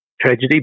tragedy